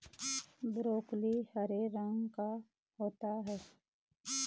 broccoli हरे रंग का होता है